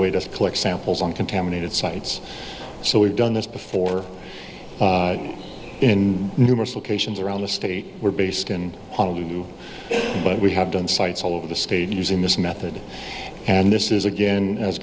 way to collect samples on contaminated sites so we've done this before in numerous locations around the state we're based in honolulu but we have done sites all over the state using this method and this is again as